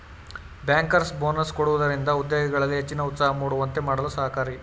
bankers bonus ಕೊಡುವುದರಿಂದ ಉದ್ಯೋಗಿಗಳಲ್ಲಿ ಹೆಚ್ಚಿನ ಉತ್ಸಾಹ ಮೂಡುವಂತೆ ಮಾಡಲು ಸಹಕಾರಿ